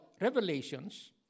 Revelations